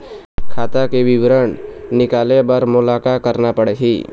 खाता के विवरण निकाले बर मोला का करना पड़ही?